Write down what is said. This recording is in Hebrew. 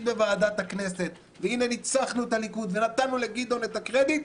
בוועדת הכנסת והנה ניצחנו את הליכוד ונתנו לגדעון את הקרדיט,